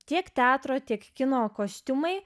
tiek teatro tiek kino kostiumai